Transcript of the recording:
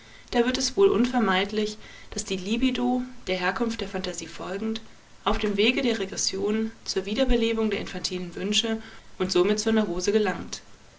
da wird es wohl unvermeidlich daß die libido der herkunft der phantasie folgend auf dem wege der regression zur wiederbelebung der infantilen wünsche und somit zur neurose gelangt